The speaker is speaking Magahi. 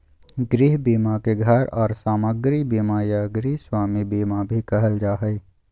गृह बीमा के घर आर सामाग्री बीमा या गृहस्वामी बीमा भी कहल जा हय